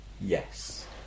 Yes